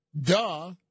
Duh